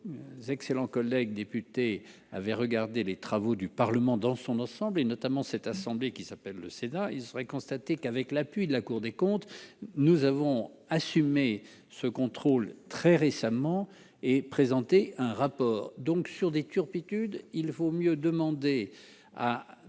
nos excellents collègues députés avaient regardé les travaux du Parlement dans son ensemble et notamment cette assemblée qui s'appelle le Sénat, il serait constaté qu'avec l'appui de la Cour des comptes nous avons assumé ce contrôle très récemment et présenté un rapport donc sur des turpitudes, il vaut mieux demander à